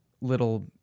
little